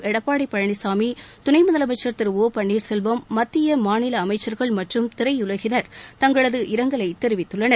எடப்பாடி பழனிசாமி துணை முதலமைச்சர் திரு ஓ பன்னீர்செல்வம் மத்திய மாநில அமைச்சர்கள் மற்றும் திரையுலகினர் தங்களது இரங்கலை தெரிவித்துள்ளனர்